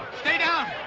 stay down!